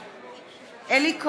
בעד אלי כהן,